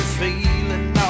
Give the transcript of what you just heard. feeling